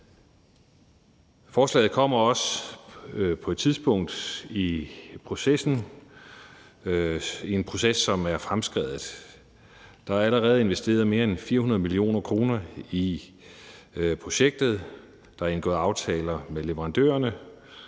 Forslaget kommer også på et tidspunkt i en proces, som er fremskreden. Der er allerede investeret mere end 400 mio. kr. i projektet, der er indgået aftaler med leverandørerne,